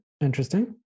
Interesting